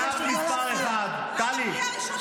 חברת הכנסת גוטליב, קריאה ראשונה.